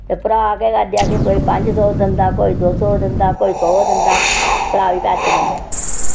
ते भ्रा केह् करदे असें कोई पंज सौ दिंदा कोई दो सौ दिंदा कोई सौ दिंदा भ्रा बी पैसे दिंदे